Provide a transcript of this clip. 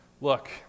look